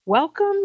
Welcome